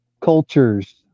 cultures